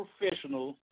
professional